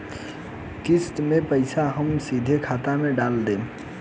किस्त के पईसा हम सीधे खाता में डाल देम?